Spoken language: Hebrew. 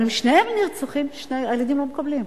אבל אם שניהם נרצחים, הילדים לא מקבלים.